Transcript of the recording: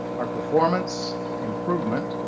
are performance improvement,